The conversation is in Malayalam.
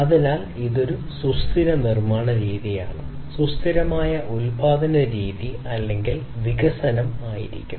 അതിനാൽ അത് സുസ്ഥിരമായ നിർമ്മാണ രീതി സുസ്ഥിരമായ ഉൽപാദന രീതി അല്ലെങ്കിൽ വികസനം ആയിരിക്കും